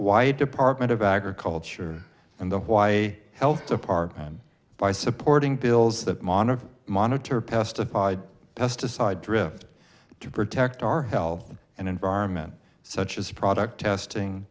wide department of agriculture and the why health department by supporting bills that monitor monitor pesticide pesticide drift to protect our health and environment such as product testing